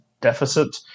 deficit